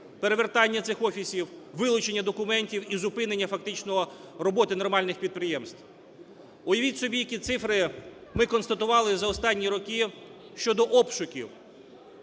перевертання цих офісів, вилучення документів і зупинення фактично роботи нормальних підприємств. Уявіть собі, які цифри ми констатували за останні роки щодо обшуків.